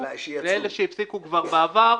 לאלה שהפסיקו כבר בעבר,